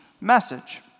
message